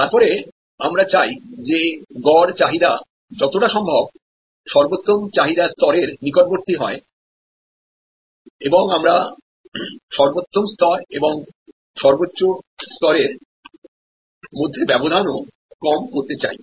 তারপরে আমরা চাই যে অ্যাভারেজ চাহিদা যতটা সম্ভব সর্বোত্তম চাহিদা স্তরের নিকটবর্তী হয় এবং আমরা সর্বোত্তম স্তর এবং সর্বোচ্চ স্তরের ব্যবধানও কম করতে চাই